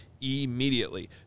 immediately